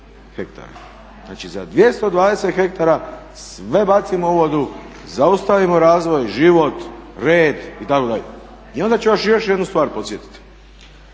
za 220 hektara sve bacimo u vodu, zaustavimo razvoj, život, red itd. I onda ću vas još jednu stvar podsjetiti,